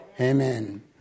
Amen